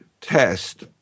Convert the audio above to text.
test